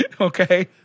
Okay